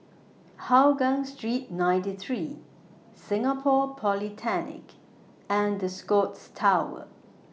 Hougang Street ninety three Singapore Polytechnic and The Scotts Tower